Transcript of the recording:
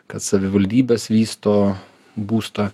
kad savivaldybės vysto būstą